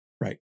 Right